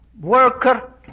worker